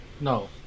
no